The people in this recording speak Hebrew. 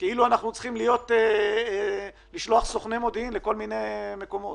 כאילו אנחנו צריכים לשלוח סוכני מודיעין לכל מיני מקומות.